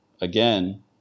again